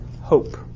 Hope